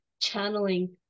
channeling